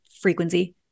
frequency